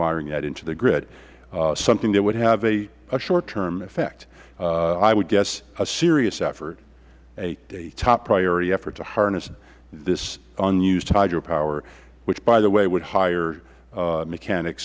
wiring that into the grid something that would have a short term effect i would guess a serious effort a top priority effort to harness this unused hydro power which by the way would hire mechanic